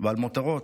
ועל מותרות?